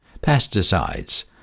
pesticides